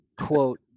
quote